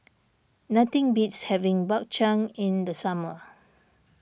nothing beats having Bak Chang in the summer